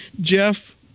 Jeff